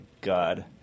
God